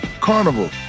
Carnival